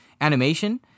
animation